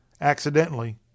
accidentally